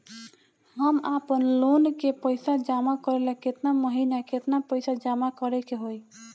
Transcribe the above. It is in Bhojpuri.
हम आपनलोन के पइसा जमा करेला केतना महीना केतना पइसा जमा करे के होई?